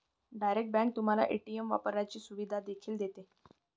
direct bank तुम्हाला ATM वापरण्याची सुविधा देखील देते